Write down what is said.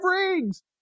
rings